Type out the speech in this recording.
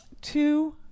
two